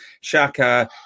Shaka